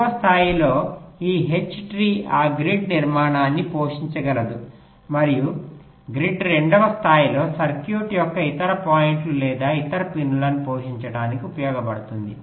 ఎగువ స్థాయిలో ఈ హెచ్ చెట్టు ఆ గ్రిడ్ నిర్మాణాన్ని పోషించగలదు మరియు గ్రిడ్ రెండవ స్థాయిలో సర్క్యూట్ యొక్క ఇతర పాయింట్లు లేదా ఇతర పిన్నులను పోషించడానికి ఉపయోగపడుతుంది